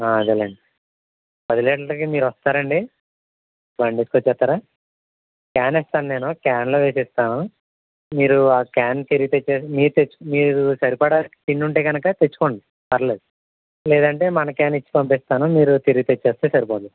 అదేలేండి పది లీటర్లకి మీరు వస్తారా అండి బండి వేసుకొస్తారా క్యాన్ ఇస్తాను నేను క్యాన్లో వేసి ఇస్తాను నేను మీరు ఆ క్యాన్ తిరిగి తెచ్చే మీరు తెచ్చు మీరు సరిపడా టిన్ ఉంటే కనుక తెచ్చుకోండి పర్లేదు లేదంటే మన క్యాన్ ఇచ్చి పంపిస్తాను మీరు తిరిగి తెస్తే సరిపోతుంది